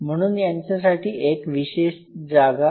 म्हणून यांच्यासाठी एक विशेष जागा असायला हवी